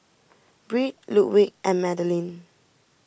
Britt Ludwig and Madilyn